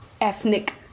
ethnic